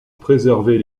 préserver